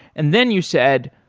and then you said,